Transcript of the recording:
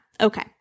Okay